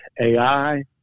AI